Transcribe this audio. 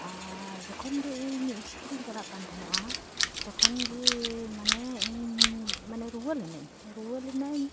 ᱟᱨ ᱡᱚᱠᱷᱚᱱᱜᱮ ᱤᱧ ᱤᱥᱠᱩᱞᱤᱧ ᱪᱟᱞᱟᱜᱠᱟᱱ ᱛᱟᱦᱮᱱᱚᱜᱼᱟ ᱛᱚᱠᱷᱚᱱᱜᱮ ᱢᱟᱱᱮ ᱤᱧ ᱢᱟᱱᱮ ᱨᱩᱣᱟᱹᱞᱤᱱᱟᱹᱧ ᱨᱩᱣᱟᱹᱞᱤᱱᱟᱹᱧ